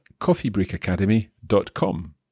coffeebreakacademy.com